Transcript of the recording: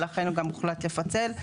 ולכן גם הוחלט לפצל,